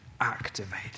activated